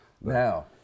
Now